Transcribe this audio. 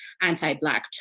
anti-Black